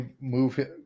move